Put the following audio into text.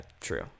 true